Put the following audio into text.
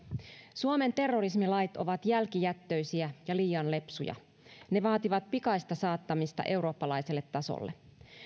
suomen terrorismilait ovat jälkijättöisiä ja liian lepsuja ne vaativat pikaista saattamista eurooppalaiselle tasolle